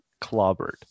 clobbered